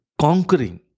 conquering